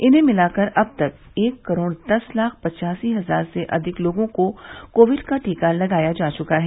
इन्हें मिलाकर अब तक एक करोड़ दस लाख पचासी हजार से अधिक लोगों को कोविड का टीका लगाया जा च्का है